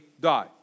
die